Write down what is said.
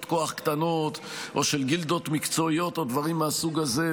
כוח קטנות או של גילדות מקצועיות או דברים מהסוג הזה,